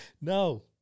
No